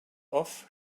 off